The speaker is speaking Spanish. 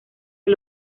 han